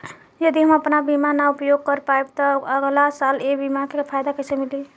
यदि हम आपन बीमा ना उपयोग कर पाएम त अगलासाल ए बीमा के फाइदा कइसे मिली?